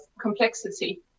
complexity